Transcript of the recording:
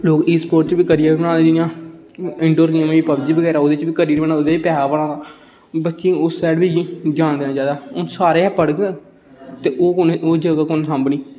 हुन ई स्पोर्ट च बी करी उड़न ना जियां इंडोर गेम होई गेई पबजी वगैरा ओह्दे च बी बच्चे गी उस सैड बी जान देना चाहिदा हुन सारे गै पढ़ग ते ओह् कुन्नै ओह् जगह कुन्नै सांभनी